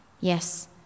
Yes